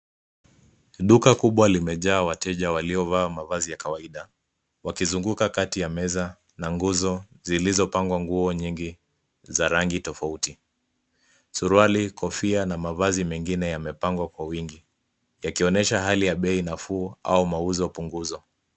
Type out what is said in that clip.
Duka kubwa limejaa wateja waliovaa mavazi ya kawaida. Wakizunguka kati ya meza na nguzo zilizopangwa nguo nyingi za rangi tofauti. Suruali, kofia na mavazi mengine yamepangwa kwa wingi yakionyesha hali ya bei nafuu au mauzo pungufu.